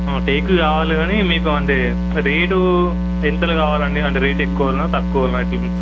take కావాలి కానీ మీకు అంటే రేటు ఎంతలో కావాలండి అంటే రేటు ఎక్కువన తక్కువన చూపించడానికి